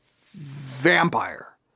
Vampire